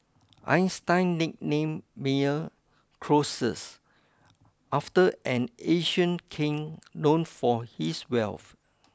Einstein nicknamed Meyer Croesus after an ancient king known for his wealth